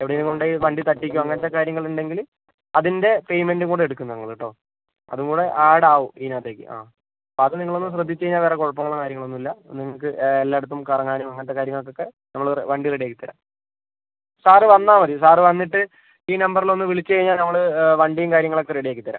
എവിടെയെങ്കിലും കൊണ്ടുപോയി വണ്ടി തട്ടുകയോ അങ്ങനത്തെ കാര്യങ്ങൾ ഉണ്ടെങ്കിൽ അതിൻ്റെ പേയ്മെൻ്റും കൂടി എടുക്കും ഞങ്ങൾ കേട്ടോ അതും കൂടി ആഡ് ആവും ഇതിനകത്തേയ്ക്ക് ആ അപ്പം അത് നിങ്ങളൊന്ന് ശ്രദ്ധിച്ച് കയിഞ്ഞാൽ വേറെ കുഴപ്പങ്ങളോ കാര്യങ്ങളോ ഒന്നും ഇല്ല നിങ്ങൾക്ക് എല്ലായിടത്തും കറങ്ങാനും അങ്ങനത്തെ കാര്യങ്ങൾക്കൊക്കെ നമ്മൾ വണ്ടി റെഡി ആക്കിത്തരാം സാർ വന്നാൽമതി സാർ വന്നിട്ട് ഈ നമ്പറിൽ ഒന്ന് വിളിച്ച് കയിഞ്ഞാൽ ഞമ്മൾ വണ്ടിയും കാര്യങ്ങളൊക്കെ റെഡി ആക്കിത്തരാം